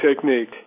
technique